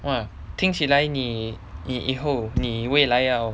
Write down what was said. !wah! 听起来你你以后你未来要